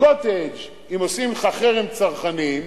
"קוטג'", אם עושים לך חרם צרכני,